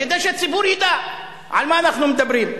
כדי שהציבור ידע על מה אנחנו מדברים.